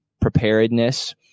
preparedness